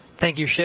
thank you.